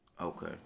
Okay